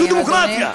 זו דמוקרטיה.